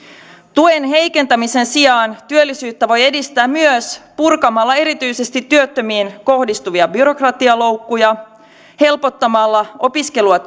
tuen heikentämisen sijaan työllisyyttä voi edistää myös purkamalla erityisesti työttömiin kohdistuvia byrokratialoukkuja helpottamalla opiskelua